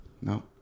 No